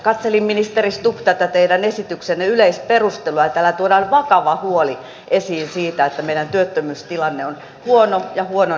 katselin ministeri stubb tätä teidän esityksenne yleisperustelua ja täällä tuodaan esiin vakava huoli siitä että meidän työttömyystilanteemme on huono ja huononee koko ajan